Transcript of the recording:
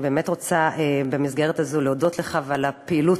אני רוצה במסגרת הזו להודות לך על הפעילות